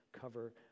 cover